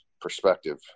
perspective